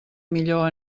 millor